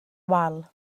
wal